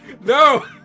No